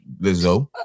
Lizzo